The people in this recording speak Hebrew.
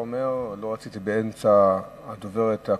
לא רציתי באמצע דברי הגברת הקודמת,